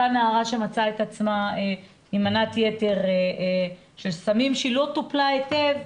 אותה נערה שמצאה את עצמה עם מנת יתר של סמים שלא טופלה היטב,